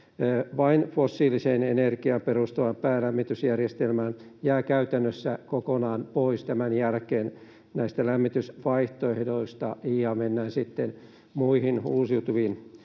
vain fossiiliseen energiaan perustuvaan päälämmitysjärjestelmään jää käytännössä kokonaan pois tämän jälkeen näistä lämmitysvaihtoehdoista ja mennään sitten muihin, uusiutuviin